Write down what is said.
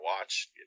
watch